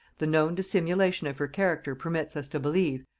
the known dissimulation of her character permits us to believe,